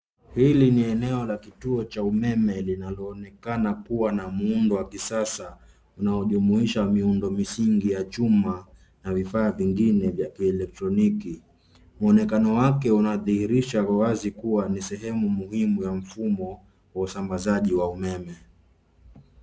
Hili ni eneo la kituo cha umeme linaloonekana kuwa na muundo wa kisasa unaojumuisha miundo misingi ya chuma na vifaa vingine vya kielektroniki. Mwonekano wake unadhihirisha wazi kuwa ni sehemu muhimu ya mfumo wa usambazaji wa umeme.